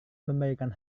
memberikan